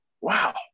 wow